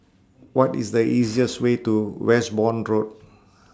What IS The easiest Way to Westbourne Road